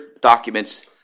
documents